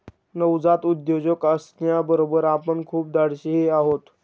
नवजात उद्योजक असण्याबरोबर आपण खूप धाडशीही आहात